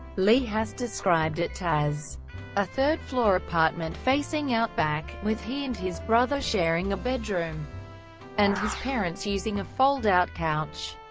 lee has described it as a third-floor apartment facing out back, with he and his brother sharing a bedroom and his parents using a foldout couch.